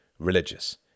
religious